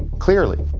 clearly.